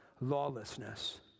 lawlessness